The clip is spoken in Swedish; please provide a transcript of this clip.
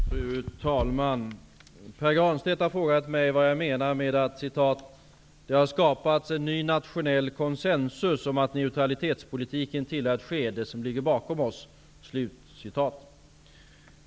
Fru talman! Pär Granstedt har frågat mig vad jag menar med att ''det har skapats en ny nationell konsensus om att neutralitetspolitiken tillhör ett skede som ligger bakom oss''.